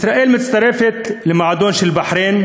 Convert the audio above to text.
ישראל מצטרפת למועדון של בחריין,